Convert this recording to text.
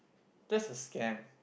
just a scam